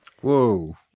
whoa